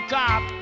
top